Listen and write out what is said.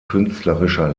künstlerischer